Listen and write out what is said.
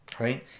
Right